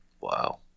Wow